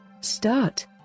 start